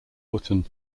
wootton